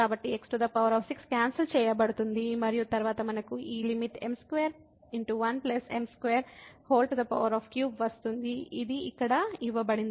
కాబట్టి x6 cancel చేయబడుతుంది మరియు తరువాత మనకు ఈ లిమిట్ m2 1 m23 వస్తుంది ఇది ఇక్కడ ఇవ్వబడింది